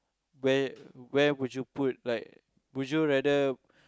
where where would you put like would you rather